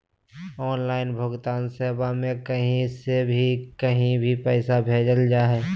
online भुगतान सेवा में कही से भी कही भी पैसा भेजल जा हइ